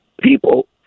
People